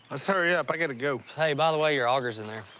let's hurry up. i gotta go. hey, by the way, your auger's in there.